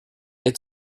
ate